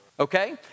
Okay